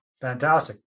fantastic